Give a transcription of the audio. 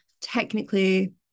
technically